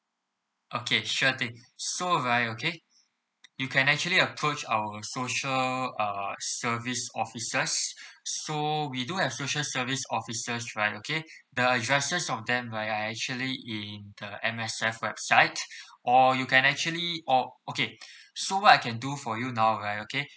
okay sure thing so right okay you can actually approach our social uh service offices so we do have social service offices right okay the addresses of them right are actually in the M_S_F website or you can actually oh okay so what I can do for you now right okay